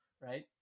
Right